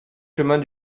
chemin